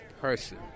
person